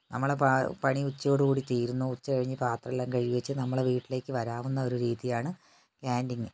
നമ്മളെ പണി ഉച്ചയോടു കൂടി തീരുന്നു ഉച്ച കഴിഞ്ഞ് പാത്രം എല്ലാം കഴുകി വച്ച് നമ്മളെ വീട്ടിലേക്ക് വരാമെന്ന രീതിയാണ് ക്യാൻ്റിങ്ങ്